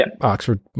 Oxford